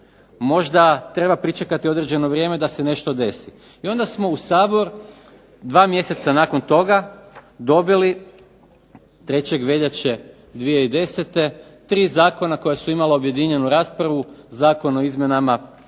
Možda treba pričekati određeno vrijeme da se nešto desi. I onda smo u Sabor dva mjeseca nakon toga dobili 3. veljače 2010. tri zakona koja su imala objedinjenu raspravu Zakon o izmjenama o